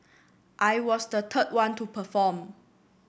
I was the third one to perform